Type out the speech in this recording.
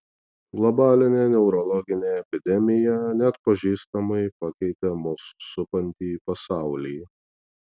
globalinė neurologinė epidemija neatpažįstamai pakeitė mus supantį pasaulį